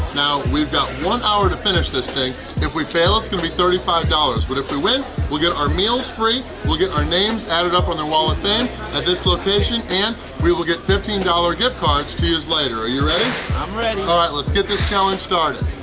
now we've got one hour to finish this thing if we fail it's gonna be thirty five dollars but if we win we'll get our meals free we'll get our names added up on their wallet thing at this location and we will get fifteen dollars gift cards to use later are you ready um ready alright let's get this challenge started!